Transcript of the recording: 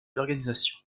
organisations